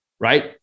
Right